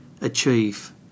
achieve